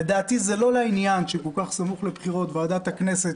לדעתי זה לא לעניין שכל כך סמוך לבחירות ועדת הכנסת,